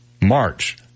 march